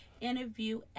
interview